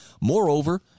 Moreover